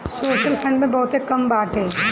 social fund में बहुते कमाई बाटे